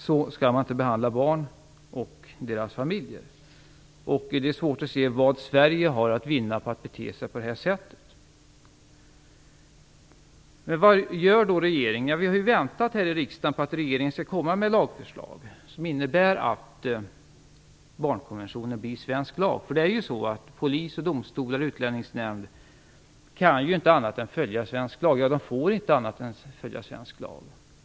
Så här skall man inte behandla barn och deras familjer. Det är svårt att se vad Sverige har att vinna på att bete sig på det här sättet. Vad gör då regeringen? Vi har väntat här i riksdagen på att regeringen skall komma med ett förslag med innebörden att barnkonventionen blir svensk lag. Polis, domstolar och utlänningsnämnd kan ju inte, och får inte, göra annat än att följa svensk lag.